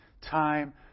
time